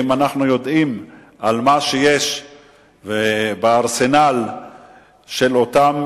אם אנחנו יודעים מה יש בארסנל של אותם